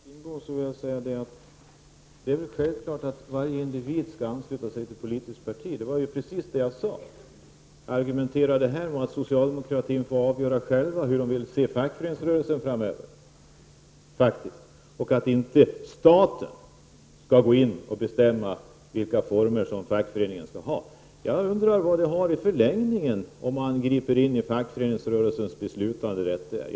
Fru talman! Till Bengt Kindbom vill jag säga att det är självklart att varje individ själv skall ansluta sig till politiskt parti. Det var precis det jag sade. Vad jag därutöver argumenterade för var att socialdemokratin själv får avgöra hur den vill se fackföreningsrörelsen framöver och att inte staten skall gå in och bestämma vilka former som fackföreningen skall ha. Jag undrar vad det blir i förlängningen, om man griper in i fackföreningsrörelsens beslutanderätt här.